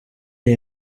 iyi